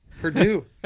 Purdue